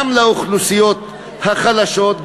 גם לאוכלוסיות החלשות,